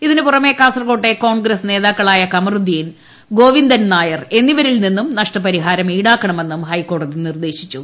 ഇതിനുപുറമേ കാസർകോട്ടെ കോൺഗ്ര്സ് നേതാക്കളായ കമറുദ്ദീൻ ഗോവിന്ദൻ നായർ എന്നിവരിൽ നിന്നും നഷ്ടപരിഹാരം ഈടാക്കണഉമ്നും ഹൈക്കോടതി നിർദ്ദേശിച്ചു